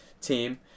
team